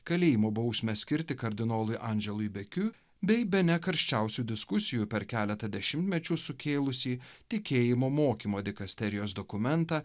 kalėjimo bausmę skirti kardinolui andželui bekiu bei bene karščiausių diskusijų per keletą dešimtmečių sukėlusį tikėjimo mokymo dikasterijos dokumentą